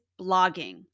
blogging